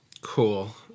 Cool